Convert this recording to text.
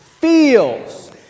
Feels